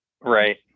Right